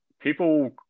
people